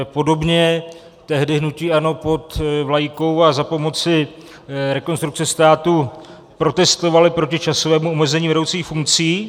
Podobně tehdy hnutí ANO pod vlajkou a za pomoci Rekonstrukce státu protestovalo proti časovému omezení vedoucích funkcí.